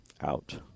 out